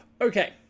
Okay